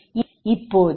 இப்பொழுதுL00